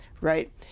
right